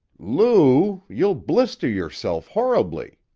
lou! you'll blister yourself horribly